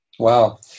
Wow